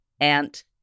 ant